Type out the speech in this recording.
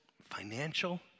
financial